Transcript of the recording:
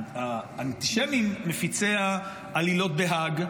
האנטישמים מפיצי העלילות בהאג,